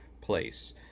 place